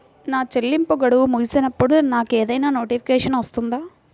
నా చెల్లింపు గడువు ముగిసినప్పుడు నాకు ఏదైనా నోటిఫికేషన్ వస్తుందా?